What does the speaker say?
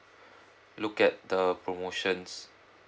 look at the promotions